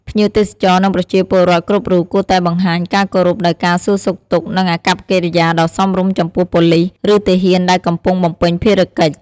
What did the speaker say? ភ្ញៀវទេសចរណ៍និងប្រជាពលរដ្ឋគ្រប់រូប គួរតែបង្ហាញការគោរពដោយការសួរសុខទុក្ខនិងអាកប្បកិរិយាដ៏សមរម្យចំពោះប៉ូលិស ឬទាហានដែលកំពុងបំពេញភារកិច្ច។